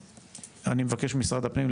אני מבקש ממשרד הפנים,